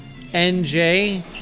NJ